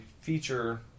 feature